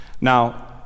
Now